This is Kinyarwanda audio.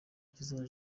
kizajya